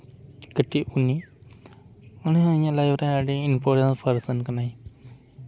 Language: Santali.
ᱠᱟᱹᱴᱤᱡ ᱵᱩᱱᱤ ᱩᱱᱤ ᱦᱚᱸ ᱤᱧ ᱟᱜ ᱞᱟᱭᱤᱯᱷ ᱟᱹᱰᱤ ᱤᱢᱯᱳᱨᱴᱮᱱᱴ ᱯᱟᱨᱥᱮ ᱠᱟᱱᱟᱭ